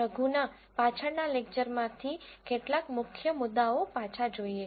રઘુના પાછલા લેકચરમાંથી કેટલાક મુખ્ય મુદ્દાઓ પાછા જોઈએ